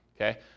Okay